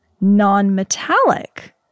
non-metallic